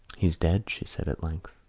he is dead, she said at length.